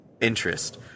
interest